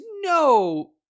no